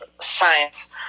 Science